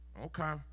okay